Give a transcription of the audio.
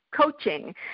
coaching